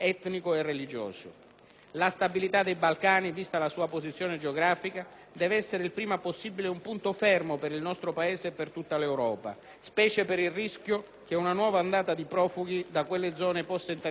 La stabilità dei Balcani, vista la sua posizione geografica, deve essere il prima possibile un punto fermo per il nostro Paese e per tutta l'Europa, specie per il rischio che una nuova ondata di profughi da quelle zone possa interessare proprio l'Italia.